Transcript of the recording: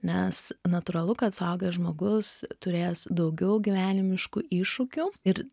nes natūralu kad suaugęs žmogus turės daugiau gyvenimiškų iššūkių ir